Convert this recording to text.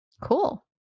Cool